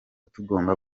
tugomba